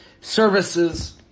services